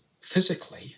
physically